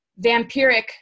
vampiric